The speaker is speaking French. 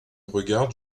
regarde